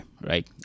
right